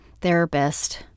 therapist